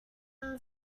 are